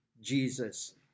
Jesus